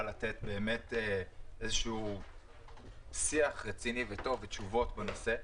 לתת באמת איזשהו שיח רציני וטוב ותשובות בנושא.